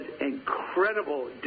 incredible